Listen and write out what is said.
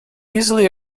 easily